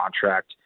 contract